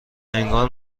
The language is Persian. انگار